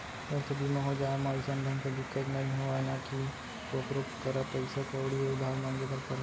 health बीमा हो जाए म अइसन ढंग के दिक्कत नइ होय ना ही कोकरो करा पइसा कउड़ी उधार मांगे बर परय